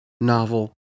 novel